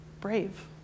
brave